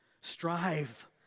Strive